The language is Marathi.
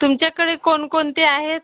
तुमच्याकडे कोणकोणती आहेत